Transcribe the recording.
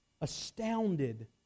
astounded